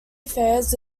affairs